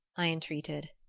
i entreated.